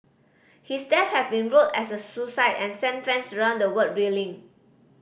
his death has been ruled as a suicide and sent fans around the world reeling